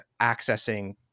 accessing